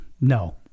No